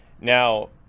now